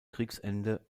kriegsende